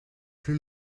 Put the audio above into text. plus